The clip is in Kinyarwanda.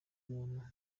umuntu